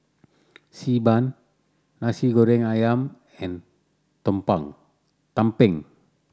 Xi Ban Nasi Goreng Ayam and tumpeng